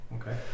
Okay